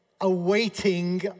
awaiting